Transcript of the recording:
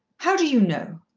how do you know?